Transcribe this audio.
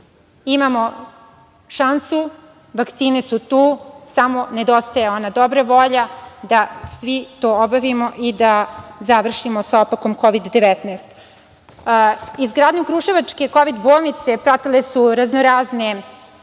šansu, vakcine su tu i samo nedostaje ona dobra volja, da svi to obavimo i završimo sa opakom Kovid 19.Izgradnjom Kruševačke Kovid bolnice, pratile su raznorazne